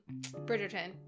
Bridgerton